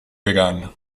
begun